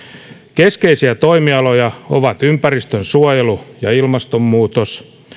keskeisiä toimialoja ovat ympäristönsuojelu ja ilmastonmuutos